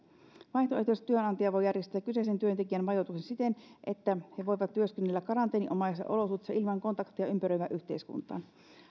vaihtoehtoisesti työnantaja voi järjestää kyseisen työntekijän majoituksen siten että he voivat työskennellä karanteeninomaisissa olosuhteissa ilman kontaktia ympäröivään yhteiskuntaan